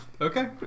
Okay